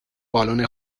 بالن